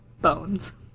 bones